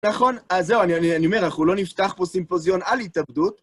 נכון? אז זהו, אני אומר, אנחנו לא נפתח פה סימפוזיון על התאבדות.